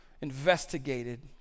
Investigated